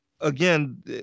again